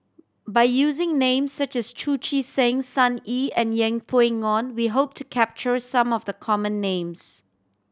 by using names such as Chu Chee Seng Sun Yee and Yeng Pway Ngon we hope to capture some of the common names